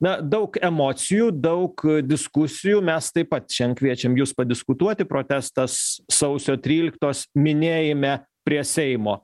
na daug emocijų daug diskusijų mes taip pat šiandien kviečiam jus padiskutuoti protestas sausio tryliktos minėjime prie seimo